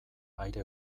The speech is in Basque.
aire